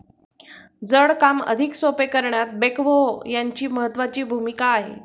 जड काम अधिक सोपे करण्यात बेक्हो यांची महत्त्वाची भूमिका आहे